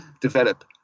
develop